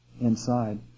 inside